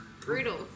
Brutal